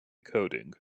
coding